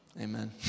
Amen